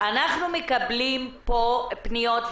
אנחנו מקבלים פה פניות.